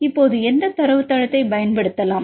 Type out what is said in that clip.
இப்போது எந்த தரவுத்தளத்தைப் பயன் படுத்தலாம்